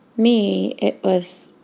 me, it was